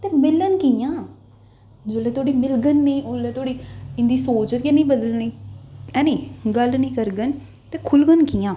ते मिलन कि'यां जिल्लै धोड़ी मिलगन नेईं उल्ले धोड़ी इं'दी सोच गै निं बदलनी है नी गल्ल निं करगन ते खु'लगन कि'यां